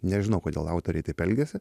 nežinau kodėl autoriai taip elgiasi